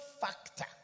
factor